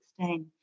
2016